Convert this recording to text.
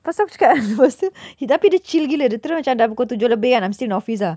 lepas tu aku cakap lepas tu tapi dia chill gila dia terus macam dah pukul tujuh lebih kan I'm still in the office ah